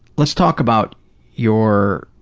let's talk about your